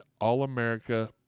All-America